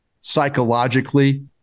psychologically